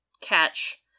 catch